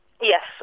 Yes